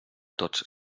tots